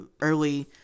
early